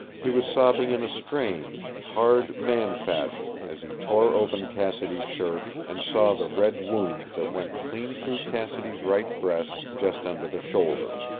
he was sobbing, in a strange, hard man-fashion, as he tore open cassidy's shirt and saw the red wound that went clean through cassidy's right breast just under the shoulder.